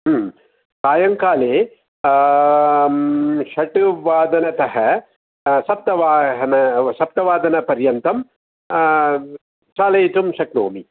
सायङ्काले षड्वादनतः सप्तवाहन सप्तवादनपर्यन्तं चालयितुं शक्नोमि